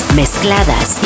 mezcladas